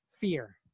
fear